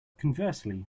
conversely